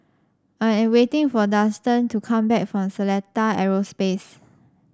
I am waiting for Dustan to come back from Seletar Aerospace